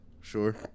Sure